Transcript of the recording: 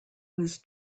was